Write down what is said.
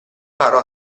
parò